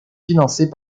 financées